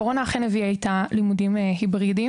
הקורונה אכן הביאה איתה לימודים היברידיים,